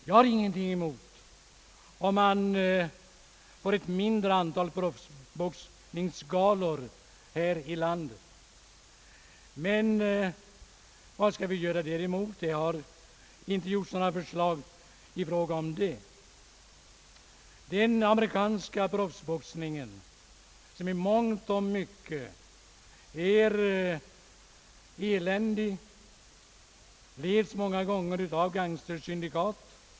Jag har ingenting emot ett minskat antal proboxningsgalor här i landet. Men vad skall vi göra åt den saken; det har i varje fall inte framkommit några förslag. Den amerikanska proboxningen, som i mångt och mycket är eländig, ledes i viss utsträckning av gangstersyndikat.